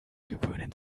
gewöhnen